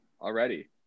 already